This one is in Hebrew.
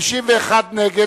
לסעיף 3 יש הסתייגות